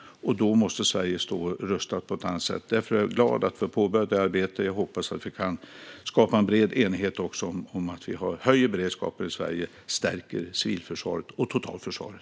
Då måste Sverige stå rustat på ett annat sätt. Jag är därför glad att vi har påbörjat detta arbete. Jag hoppas att vi kan skapa en bred enighet om att vi ska höja beredskapen i Sverige och stärka civilförsvaret och totalförsvaret.